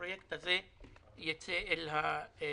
שהפרויקט הזה יצא אל הפועל.